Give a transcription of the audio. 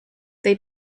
they